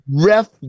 ref